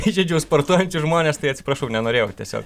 įžeidžiau sportuojančius žmones tai atsiprašau nenorėjau tiesiog